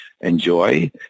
enjoy